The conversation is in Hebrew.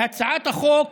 בהצעת החוק